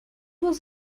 was